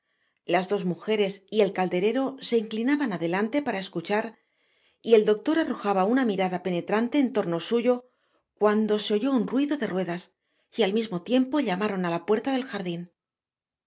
las dos mugeres y el calderero se inclinaban adelante para escuchar y el doctor arrojaba una mirada penetrante en torno suyo cuando se oyó un ruido de ruedas y al mismo tiempo llamaron á la puerta del jardin